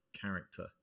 character